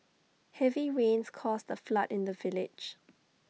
heavy rains caused A flood in the village